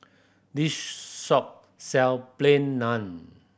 this shop sells Plain Naan